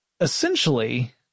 Essentially